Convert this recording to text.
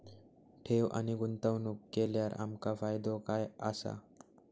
ठेव आणि गुंतवणूक केल्यार आमका फायदो काय आसा?